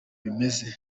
bimeze